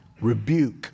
rebuke